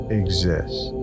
exist